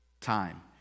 time